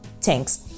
thanks